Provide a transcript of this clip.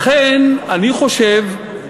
לכן אני חושב,